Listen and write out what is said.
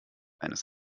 eines